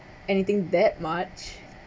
anything that much